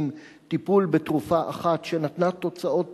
טיפול בתרופה אחת שנתנה תוצאות טובות,